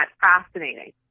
fascinating